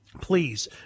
Please